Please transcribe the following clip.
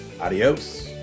Adios